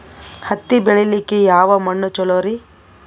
ಹತ್ತಿ ಬೆಳಿಲಿಕ್ಕೆ ಯಾವ ಮಣ್ಣು ಚಲೋರಿ?